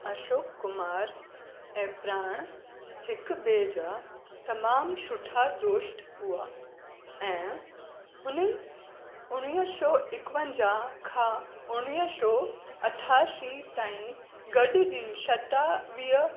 अशोक कुमार ऐं प्राण हिक ॿिए जा तमामु सुठा दोस्त हुआ ऐं हुननि उणवीह सौ इकवंजाह खां उणवीह सौ अठियासी ताईं गॾिजी सतावीह